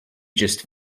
just